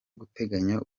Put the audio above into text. guteganya